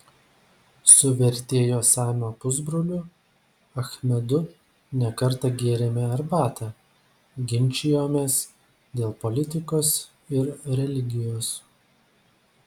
su vertėjo samio pusbroliu achmedu ne kartą gėrėme arbatą ginčijomės dėl politikos ir religijos